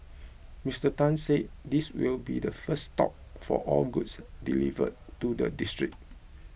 Mister Tan said this will be the first stop for all goods delivered to the district